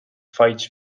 fights